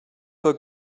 for